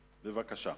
בבקשה.